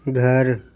گھر